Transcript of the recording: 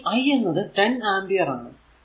ഇനി i എന്നത് 10 ampere ആണ്